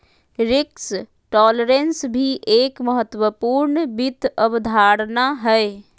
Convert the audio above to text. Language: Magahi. रिस्क टॉलरेंस भी एक महत्वपूर्ण वित्त अवधारणा हय